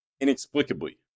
inexplicably